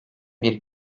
bir